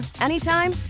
anytime